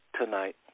tonight